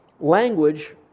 language